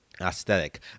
Aesthetic